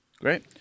Great